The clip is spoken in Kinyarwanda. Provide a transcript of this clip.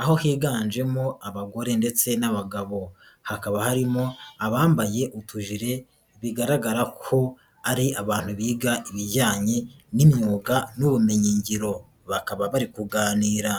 aho higanjemo abagore ndetse n'abagabo, hakaba harimo abambaye utujerire bigaragara ko ari abantu biga ibijyanye n'imyuwuga n'ubumenyingiro bakaba bari kuganira.